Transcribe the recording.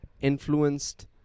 influenced